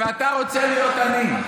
ואתה רוצה להיות אני.